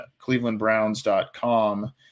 clevelandbrowns.com